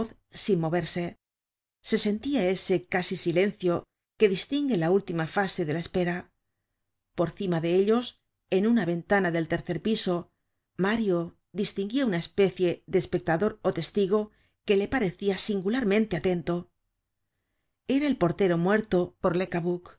sin moverse se sentia ese casi silencio que distingue la última fase de la espera por cima de ellos en una ventana del tercer piso mario distinguia una especie de espectador ó testigo que le parecia singularmente atento era el portero muerto por